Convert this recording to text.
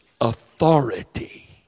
authority